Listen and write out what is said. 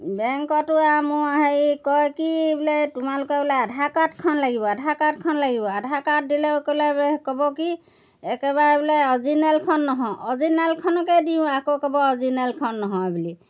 বেংকতো আৰু মোক আৰু হেৰি কয় কি বোলে তোমালোকে বোলে আধাৰ কাৰ্ডখন লাগিব আধাৰ কাৰ্ডখন লাগিব আধাৰ কাৰ্ড দিলেও ক'লে ক'ব কি একেবাৰে বোলে অৰিজিনেলখন নহয় অৰিজিনেলখনকে দিওঁ আকৌ ক'ব অৰিজিনেলখন নহয় বুলি